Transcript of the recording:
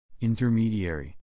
Intermediary